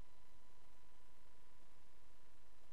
אתה מעלה ביקושים, אתה